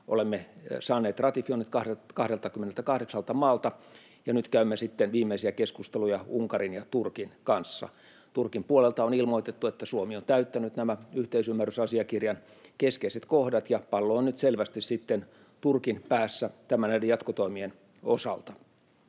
Olemme saaneet ratifioinnit 28 maalta, ja nyt käymme sitten viimeisiä keskusteluja Unkarin ja Turkin kanssa. Turkin puolelta on ilmoitettu, että Suomi on täyttänyt nämä yhteisymmärrysasiakirjan keskeiset kohdat. Pallo on nyt selvästi sitten Turkin päässä näiden jatkotoimien osalta.